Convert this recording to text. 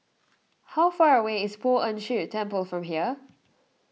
how far away is Poh Ern Shih Temple from here